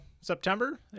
September